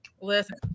listen